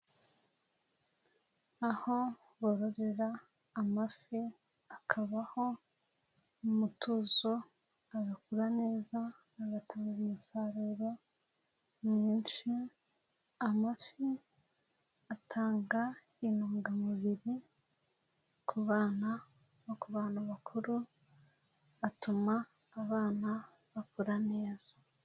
Aho bororera amafi akabaho mu mutuzo agakura neza agatanga umusaruro mwinshi, amafi atanga intungamubiri ku bana no ku bantu bakuru, atuma abana bakura neza.